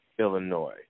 Illinois